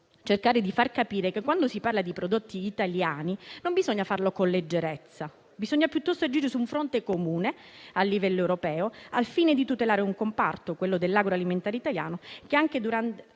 cercare di far capire che, quando si parla di prodotti italiani, non bisogna farlo con leggerezza; bisogna piuttosto agire su un fronte comune a livello europeo, al fine di tutelare un comparto, quello dell'agroalimentare italiano, che anche durante